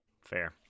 Fair